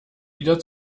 wieder